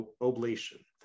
oblation